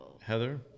Heather